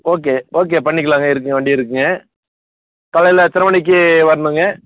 okay okay பண்ணிக்கலாங்க இருக்குங்க வண்டி இருக்குங்க காலையில் எத்தனை மணிக்கு வரணுங்க